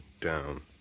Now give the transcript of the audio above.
down